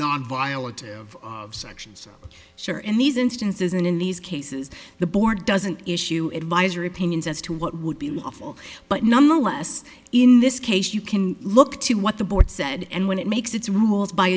nonviolent actions sure in these instances and in these cases the board doesn't issue advisory opinions as to what would be lawful but nonetheless in this case you can look to what the board said and when it makes its rules by